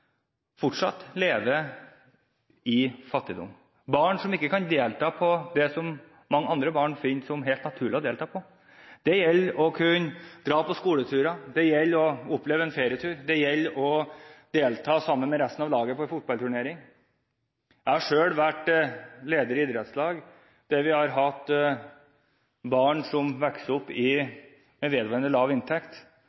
fortsatt lever i fattigdom. Det er barn som ikke kan delta på det som det er helt naturlig for andre barn å delta på. Det gjelder å kunne dra på skoleturer, det gjelder å oppleve en ferietur, det gjelder å delta sammen med resten av laget på en fotballturnering. Jeg har selv vært leder i et idrettslag der vi har hatt barn som vokser opp i